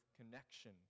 connection